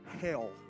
hell